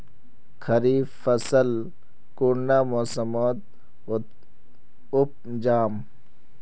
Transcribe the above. खरीफ फसल कुंडा मोसमोत उपजाम?